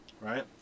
Right